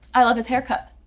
i love his haircut.